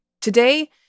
Today